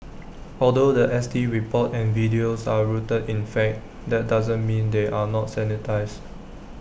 although The S T report and videos are rooted in fact that doesn't mean they are not sanitised